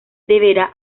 deberá